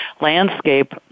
landscape